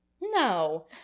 No